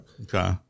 Okay